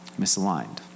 misaligned